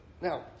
Now